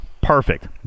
Perfect